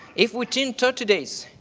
if within thirty days,